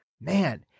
man